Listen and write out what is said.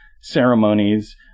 ceremonies